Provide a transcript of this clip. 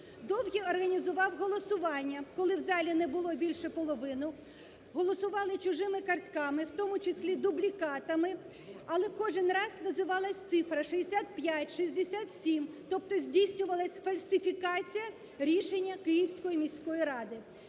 Довгий організував голосування, коли в залі не було більше половини, голосували чужими картками, в тому числі дублікатами, але кожен раз називалась цифра 65, 67, тобто здійснювалась фальсифікація рішення Київської міської ради.